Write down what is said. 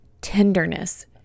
tenderness